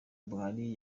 buhari